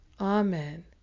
Amen